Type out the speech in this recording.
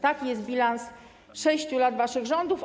Taki jest bilans 6 lat waszych rządów.